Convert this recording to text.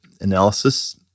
analysis